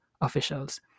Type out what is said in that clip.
officials